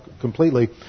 completely